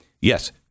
Yes